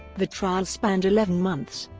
the trial spanned eleven months,